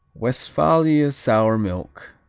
westphalia sour milk,